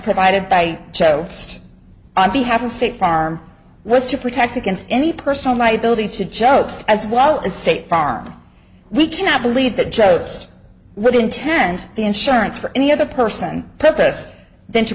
provided by cho sed on behalf of state farm was to protect against any personal liability to job as well as state farm we cannot believe that joe's would intend the insurance for any other person purpose than to